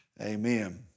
amen